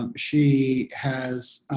um she has